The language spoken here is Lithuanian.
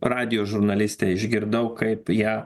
radijo žurnalistė išgirdau kaip ją